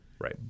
Right